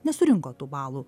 nesurinko tų balų